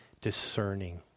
discerning